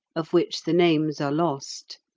of which the names are lost.